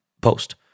post